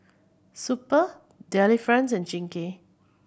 Super Delifrance and Chingay